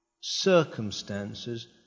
circumstances